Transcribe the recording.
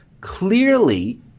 clearly